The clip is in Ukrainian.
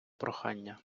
прохання